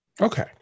Okay